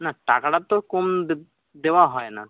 না টাকা তো কম দে দেওয়া হয় না তো